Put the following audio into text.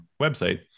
website